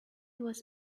was